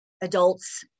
adults